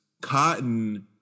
cotton